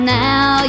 now